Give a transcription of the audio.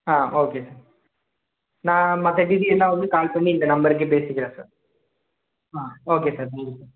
ஆ okay sir நான் மற்ற டீட்டைல்லாம் வந்து கால் பண்ணி இந்த நம்பருக்கே பேசிக்கிறேன் சார் ஆ ஓகே சார் ஓகே சார்